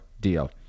deal